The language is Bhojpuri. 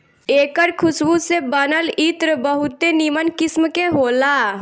एकर खुशबू से बनल इत्र बहुते निमन किस्म के होला